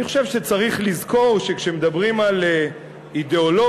אני חושב שצריך לזכור שכשמדברים על אידיאולוגיה,